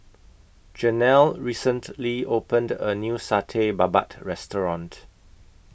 Janelle recently opened A New Satay Babat Restaurant